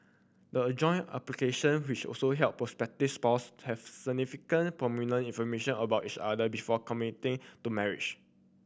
the joint application which also help prospective spouse have significant pertinent information about each other before committing to marriage